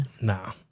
No